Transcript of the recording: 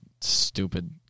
stupid